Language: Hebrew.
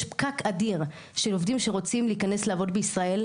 יש פקק אדיר של עובדים שרוצים להיכנס לעבוד בישראל,